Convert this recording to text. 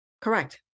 Correct